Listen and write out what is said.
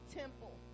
temple